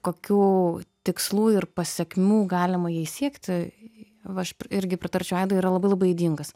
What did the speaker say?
kokių tikslų ir pasekmių galima jais siekti va aš irgi pritarčiau aidui yra labai labai ydingas